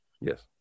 yes